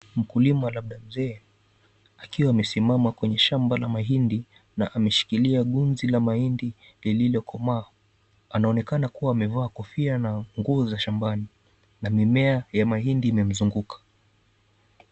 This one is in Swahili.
Mkulima labda mzee akiwa amesimama kwenye shamba la mahinidi na ameshikilia gunzi la mahindi lililokomaa, anaonekana kuwa amevaa kofia na nguo za shambani na mimea za mahindi yamemzunguka.